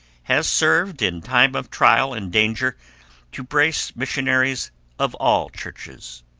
has served in time of trial and danger to brace missionaries of all churches.